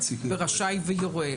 בין רשאי ו-יורה.